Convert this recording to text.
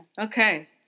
Okay